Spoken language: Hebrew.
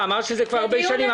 אמרת שזה כבר הרבה שנים.